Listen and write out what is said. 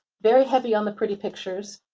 very heavy on the pretty pictures,